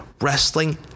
wrestling